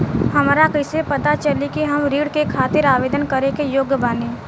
हमरा कइसे पता चली कि हम ऋण के खातिर आवेदन करे के योग्य बानी?